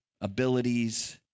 abilities